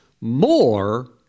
more